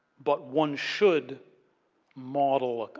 but one should model